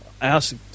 ask